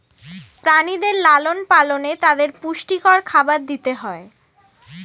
প্রাণীদের লালন পালনে তাদের পুষ্টিকর খাবার দিতে হয়